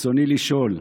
רצוני לשאול: